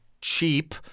cheap